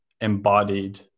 embodied